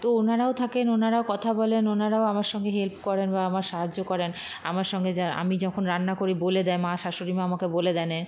তো ওনারাও থাকেন ওনারাও কথা বলেন ওনারাও আমার সঙ্গে হেল্প করেন বা আমার সাহায্য করেন আমার সঙ্গে যা আমি যখন রান্না করি বলে দেয় মা শাশুড়ি মা আমাকে বলে দেন এ